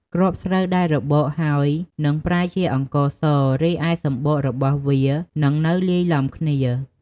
គ្រាប់ស្រូវដែលរបកហើយនឹងប្រែជាអង្ករស រីឯសម្បករបស់វានឹងនៅលាយឡំគ្នា។